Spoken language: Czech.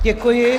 Děkuji.